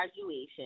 graduation